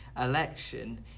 election